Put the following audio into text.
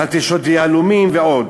מלטשות יהלומים ועוד.